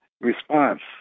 response